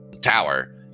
tower